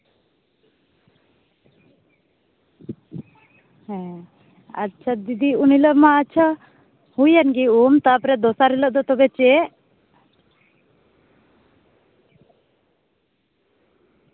ᱦᱮᱸ ᱟᱪᱪᱷᱟ ᱫᱤᱫᱤ ᱩᱱ ᱦᱤᱞᱟᱹᱜ ᱢᱟ ᱟᱪᱪᱷᱟ ᱦᱩᱭᱮᱱ ᱜᱮ ᱩᱢ ᱛᱟᱨᱯᱚᱨ ᱫᱚᱥᱟᱨ ᱦᱤᱞᱟᱹᱜ ᱫᱚ ᱛᱚᱵᱮ ᱪᱮᱫ